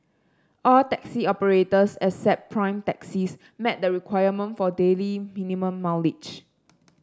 all taxi operators except Prime Taxis met the requirement for daily minimum mileage